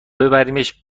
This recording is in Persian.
ببریمش